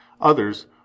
Others